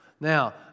Now